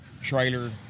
trailer